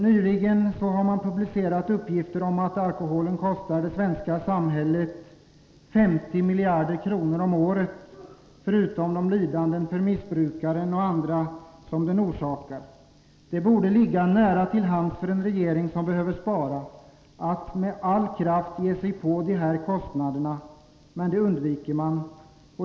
Nyligen publicerades uppgifter om att alkoholen kostar det svenska samhället 50 miljarder kronor om året förutom att den orsakar lidanden för missbrukaren och andra. Det borde ligga nära till hands för en regering som behöver spara att med all kraft ge sig på de här kostnaderna. Men det undviker man.